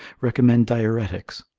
recommend diuretics,